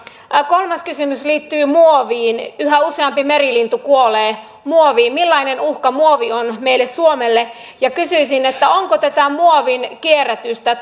kolmas kysymys liittyy muoviin yhä useampi merilintu kuolee muoviin millainen uhka muovi on meille suomelle ja kysyisin onko muovin kierrätystä